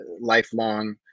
lifelong